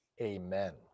amen